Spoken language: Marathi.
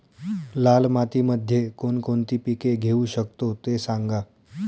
लाल मातीमध्ये कोणकोणती पिके घेऊ शकतो, ते सांगा